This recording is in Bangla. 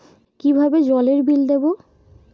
কিভাবে জলের বিল দেবো?